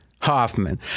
Hoffman